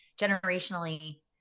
generationally